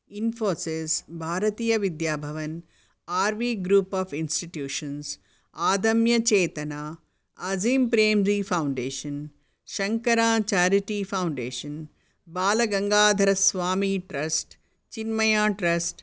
Infosys Bharatiya Vidya Bhavan R V group of institutions Adamya Chetana Azim Premji foundation Shankara charity foundation Balagangadharaswamy trust Chinmaya trust